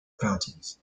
fountains